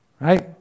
Right